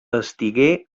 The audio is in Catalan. estigué